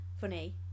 funny